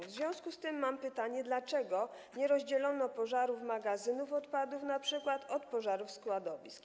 A zatem mam pytanie: Dlaczego nie rozdzielono pożarów magazynów odpadów np. od pożarów składowisk?